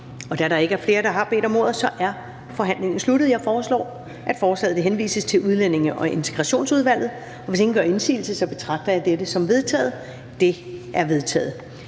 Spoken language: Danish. Da der ikke er flere, der har bedt om ordet, er forhandlingen sluttet. Jeg foreslår, at forslaget til folketingsbeslutning henvises til Udlændinge- og Integrationsudvalget. Hvis ingen gør indsigelse, betragter jeg dette som vedtaget. Det er vedtaget.